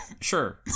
Sure